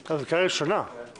(3) בסעיף 2, במקום "3" יבוא